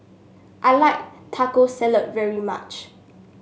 I like Taco Salad very much